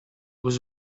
was